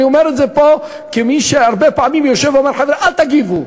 אני אומר את זה פה כמי שהרבה פעמים יושב ואומר לחברי: אל תגיבו,